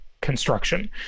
construction